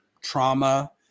trauma